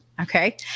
Okay